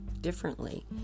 differently